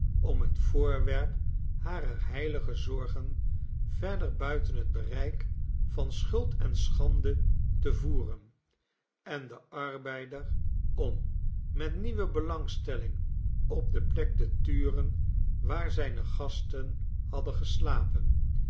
om het voorwerp harer heilige zorgen verder buiten het bereik van schuld en schande te voeren en de arbeider om met nieuwe belangstelling op de plek te turen waar zijne gasten hadden geslapen